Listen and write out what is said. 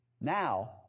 now